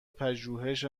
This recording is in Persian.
پژوهش